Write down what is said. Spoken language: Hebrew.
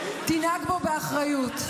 תנהג בו באחריות.